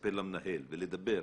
לספר למנהל ולדבר.